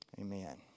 Amen